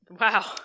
Wow